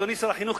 אדוני שר החינוך,